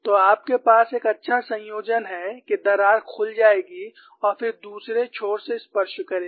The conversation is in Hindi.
तो आपके पास एक अच्छा संयोजन है कि दरार खुल जाएगी और फिर दूसरे छोर को स्पर्श करेगी